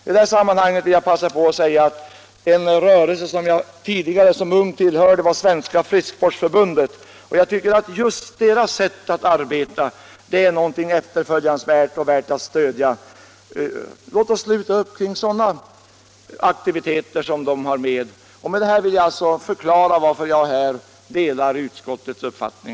I det sammanhanget vill jag säga att en rörelse som jag som ung tillhörde var Svenska frisksportförbundet. Dess sätt att arbeta tycker jag är efterföljansvärt och värt att stödja. Låt oss sluta upp kring sådana aktiviteter! Med detta har jag velat förklara varför jag i dag delar utskottets uppfattning.